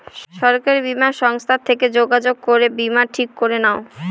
সরকারি বীমা সংস্থার সাথে যোগাযোগ করে বীমা ঠিক করে নাও